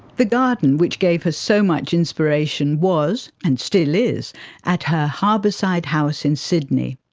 the garden which gave her so much inspiration was and still is at her harbour-side house in sydney.